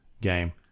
game